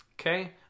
okay